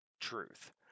truth